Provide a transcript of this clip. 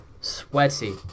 sweaty